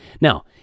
Now